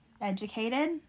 educated